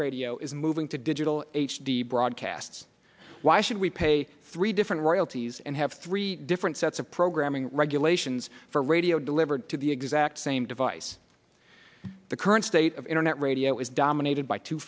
radio is moving to digital h d broadcasts why should we pay three different royalties and have three different sets of programming regulations for radio delivered to the exact same device the current state of internet radio is dominated by two